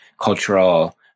cultural